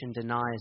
denies